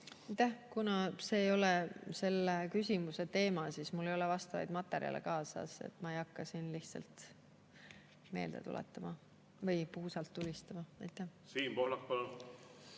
Kuna see ei ole selle küsimuse teema, siis mul ei ole vastavaid materjale kaasas. Ma ei hakka siin lihtsalt meelde tuletama või puusalt tulistama. Aitäh! Kuna